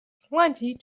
plenty